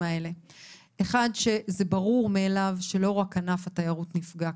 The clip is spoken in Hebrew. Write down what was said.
אסכם: ברור מאליו שלא רק ענף התיירות נפגע,